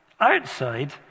outside